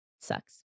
Sucks